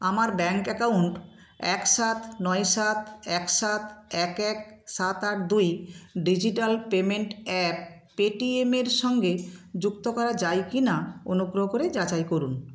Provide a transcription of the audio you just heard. আমার bank account এক সাত নয় সাত এক সাত এক এক সাত আট দুই ডিজিটাল পেমেন্ট অ্যাপ পেটিএমের সঙ্গে যুক্ত করা যায় কি না অনুগ্রহ করে যাচাই করুন